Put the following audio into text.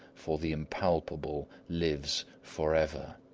for the impalpable lives forever!